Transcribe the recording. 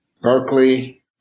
Berkeley